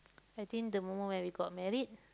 I think the moment when we got married